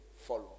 Follow